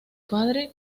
padre